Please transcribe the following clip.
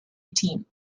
team